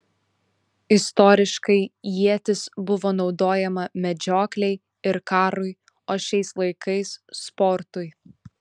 istoriškai ietis buvo naudojama medžioklei ir karui o šiais laikais sportui